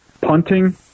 punting